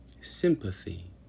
sympathy